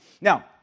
Now